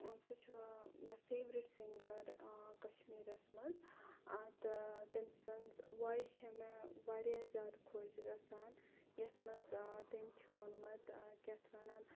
سُہ چھُ مےٚ فیورِٹ سِنٛگَر کَشمیٖرَس مَنٛز تہٕ تٔمۍ سٕنٛز وایِس چھِ مےٚ واریاہ زیادٕ خۄش گَژھان یَتھ مَنٛز تٔمۍ چھُ ووٚنمُت کیاہ اَتھ وَنان